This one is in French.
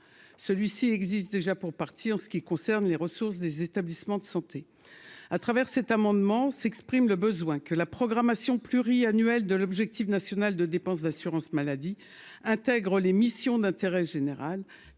celui-ci existe déjà pour partie en ce qui concerne les ressources des établissements de santé à travers cet amendement s'expriment le besoin que la programmation pluriannuelle de l'objectif national de dépenses d'assurance maladie, intègre les missions d'intérêt général,